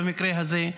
במקרה הזה,